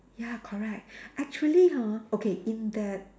ya correct actually ha okay in that